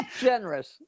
generous